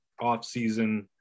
offseason